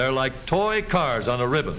they're like toy cars on a river